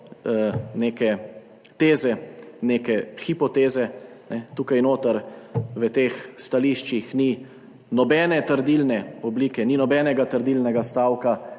neke teze, neke hipoteze. Tukaj notri, v teh stališčih ni nobene trdilne oblike, ni nobenega trdilnega stavka,